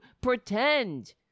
pretend